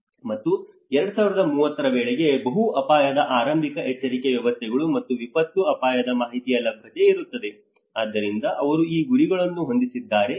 ಮತ್ತು 2030 ರ ವೇಳೆಗೆ ಬಹು ಅಪಾಯದ ಆರಂಭಿಕ ಎಚ್ಚರಿಕೆ ವ್ಯವಸ್ಥೆಗಳು ಮತ್ತು ವಿಪತ್ತು ಅಪಾಯದ ಮಾಹಿತಿಯ ಲಭ್ಯತೆ ಇರುತ್ತದೆ ಆದ್ದರಿಂದ ಅವರು ಈ ಗುರಿಗಳನ್ನು ಹೊಂದಿಸಿದ್ದಾರೆ